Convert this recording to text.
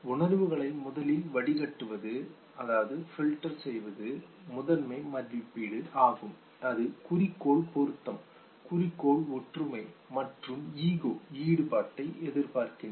உணர்வுகளை முதலில் வடிகட்டுவது பில்டர் முதன்மை மதிப்பீடு ஆகும் அது குறிக்கோள் பொருத்தம் குறிக்கோள் ஒற்றுமை மற்றும் ஈகோ ஈடுபாட்டைப் பார்க்கின்றன